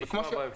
נשמע בהמשך.